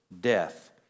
death